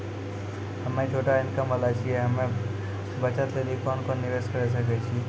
हम्मय छोटा इनकम वाला छियै, हम्मय बचत लेली कोंन निवेश करें सकय छियै?